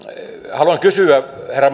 haluan kysyä herra